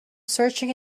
searching